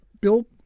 Bill